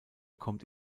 kommt